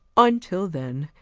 until then,